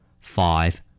Five